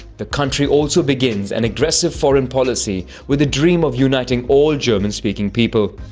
the country also begins an aggressive foreign policy with the dream of uniting all german-speaking people.